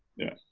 yeah.